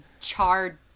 charred